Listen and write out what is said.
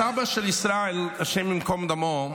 הסבא של ישראל, השם ייקום דמו,